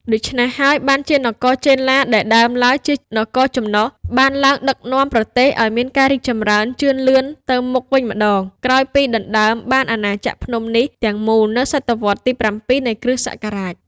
ដូច្នេះហើយ បានជានគរចេនឡា ដែលដើមឡើយជានគរចំណុះ បានឡើងដឹកនាំ ប្រទេសឱ្យមានការរីកចម្រើនជឿនលឿនទៅមុខវិញម្តង ក្រោយពីដណ្តើមបានអាណាចក្រភ្នំនេះទាំងមូលនៅសតវត្សរ៍ទី៧ នៃគ្រិស្តសករាជ។